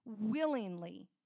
willingly